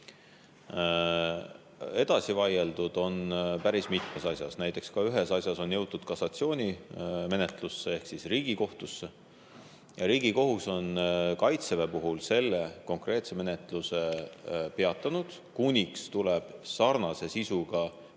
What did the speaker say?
Edasi vaieldud on päris mitmes asjas, näiteks ühes asjas on jõutud kassatsioonimenetlusse ehk Riigikohtusse. Riigikohus on Kaitseväe puhul selle konkreetse menetluse peatanud, kuniks tuleb sarnase sisuga Politsei‑